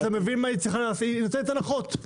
היא נותנת הנחות.